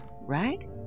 right